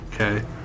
Okay